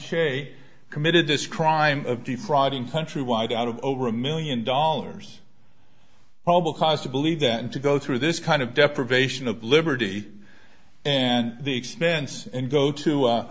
a committed this crime of defrauding countrywide out of over a million dollars all because to believe that and to go through this kind of deprivation of liberty and the expense and go to